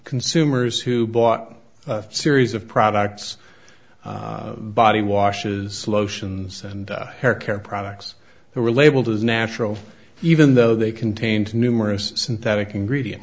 consumers who bought a series of products body washes lotions and hair care products the relabeled is natural even though they contained numerous synthetic ingredients